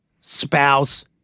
spouse